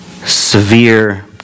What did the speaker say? severe